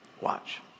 Watch